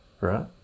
right